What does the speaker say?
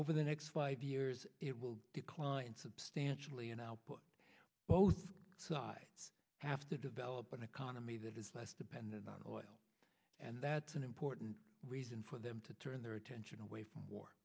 over the next five years it will decline substantially in output both sides have to develop an economy that is less dependent on oil and that's an important reason for them to turn their attention away from war